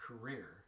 career